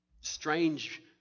strange